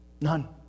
None